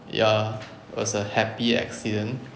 ya it was a happy accident